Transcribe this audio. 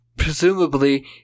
presumably